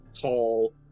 tall